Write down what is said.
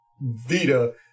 Vita